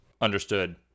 Understood